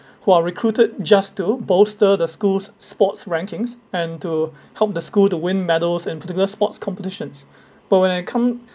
who are recruited just to bolster the school's sports rankings and to help the school to win medals and critical sports competitions but when it come